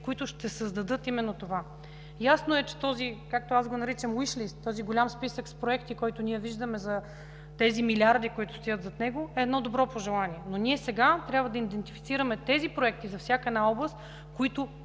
които ще създадат именно това. Ясно е, че този, както аз го наричам „уиш лист”, този голям списък с проекти, който виждаме зад тези милиарди, които стоят зад него, е едно добро пожелание. Но сега трябва да идентифицираме тези проекти за всяка една област, които